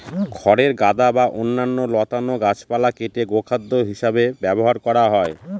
খড়ের গাদা বা অন্যান্য লতানো গাছপালা কেটে গোখাদ্য হিসাবে ব্যবহার করা হয়